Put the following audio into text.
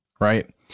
right